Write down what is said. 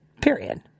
period